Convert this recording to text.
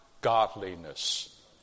godliness